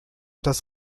das